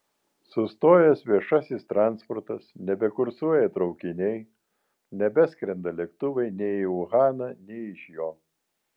sustojęs viešasis transportas nebekursuoja traukiniai nebeskrenda lėktuvai nei į uhaną nei iš jo